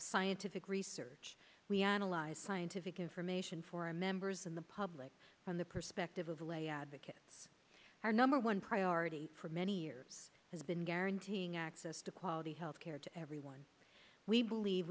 scientific research we analyze scientific information for our members in the public from the perspective of lay advocate our number one priority for many years has been guaranteeing access to quality health care to everyone we believe